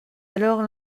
alors